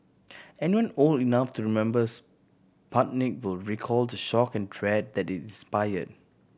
anyone old enough to remember Sputnik will recall the shock and dread that it inspired